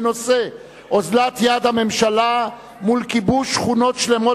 בנושא: אוזלת יד הממשלה מול כיבוש שכונות שלמות